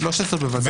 13 בוודאי.